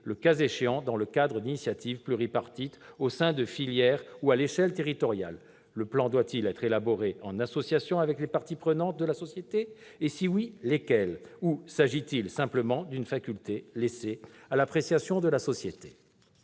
le cas échéant dans le cadre d'initiatives pluripartites au sein de filières ou à l'échelle territoriale ». Le plan doit-il être élaboré en association avec les parties prenantes de la société ? Si oui, lesquelles ? Ou s'agit-il simplement d'une faculté laissée à l'appréciation de la société ?